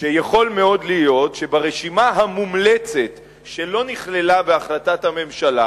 שיכול מאוד להיות שברשימה המומלצת שלא נכללה בהחלטת הממשלה